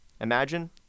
Imagine